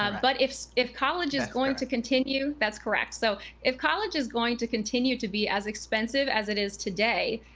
um but if if college is going to continue that's correct, so if college is going to continue to be as expensive as it is today,